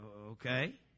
okay